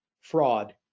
fraud